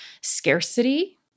scarcity